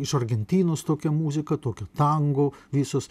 iš argentinos tokia muzika tokia tango visos